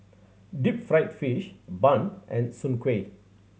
deep fried fish bun and Soon Kuih